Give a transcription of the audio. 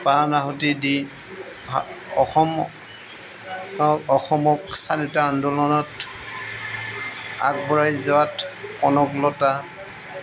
প্ৰাণ আহুতি দি অসম অসমক স্বাধীনতা আন্দোলনত আগবঢ়াই যোৱাত কনকলতা